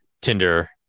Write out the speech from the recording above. tinder